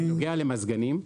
בנוגע למזגנים.